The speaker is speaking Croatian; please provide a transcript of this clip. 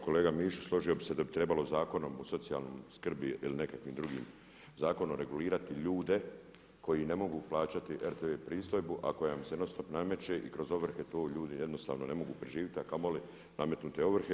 Kolega Mišić složio bih se da bi trebalo zakonom o socijalnoj skrbi ili nekakvim drugim zakonom regulirati ljude koji ne mogu plaćati RTV pristojbu, a koja nam se non-stop nameće i kroz ovrhe to ljudi jednostavno ne mogu preživjeti, a kamoli nametnute ovrhe.